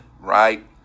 right